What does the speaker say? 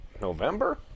November